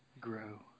grow